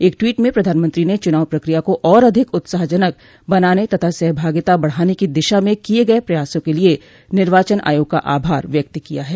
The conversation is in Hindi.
एक ट्वीट में प्रधानमंत्री ने चुनाव प्रक्रिया को और अधिक उत्साहजनक बनाने तथा सहभागिता बढ़ाने की दिशा में किए गए प्रयासों के लिए निर्वाचन आयोग का आभार व्यक्त किया है